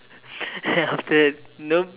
then after that nope